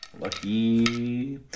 Lucky